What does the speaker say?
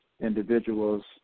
individuals